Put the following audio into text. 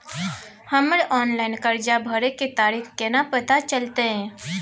हमर ऑनलाइन कर्जा भरै के तारीख केना पता चलते?